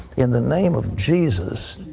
in the name of jesus,